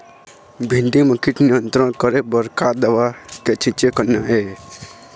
भिंडी म कीट नियंत्रण बर का दवा के छींचे करना ये?